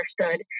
understood